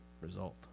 result